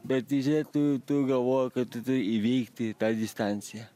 bet žiūrė tu tu galvoji kad tu turi įveikti tą distanciją